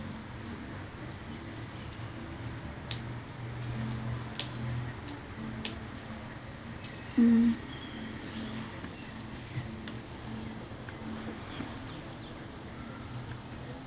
mm